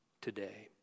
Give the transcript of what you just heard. today